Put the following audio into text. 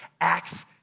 Acts